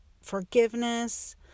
forgiveness